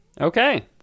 Okay